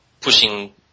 pushing